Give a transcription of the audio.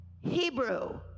Hebrew